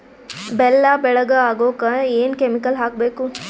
ಬೆಲ್ಲ ಬೆಳಗ ಆಗೋಕ ಏನ್ ಕೆಮಿಕಲ್ ಹಾಕ್ಬೇಕು?